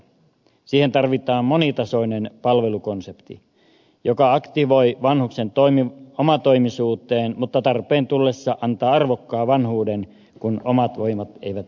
siihen tarvitaan monitasoinen palvelukonsepti joka aktivoi vanhuksen omatoimisuuteen mutta tarpeen tullessa antaa arvokkaan vanhuuden kun omat voimat eivät enää riitä